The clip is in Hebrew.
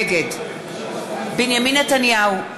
נגד בנימין נתניהו,